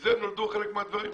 מזה נולדו חלק מהדברים.